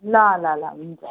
ल ल ल हुन्छ